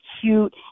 cute